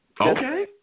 Okay